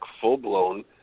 full-blown